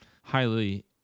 highly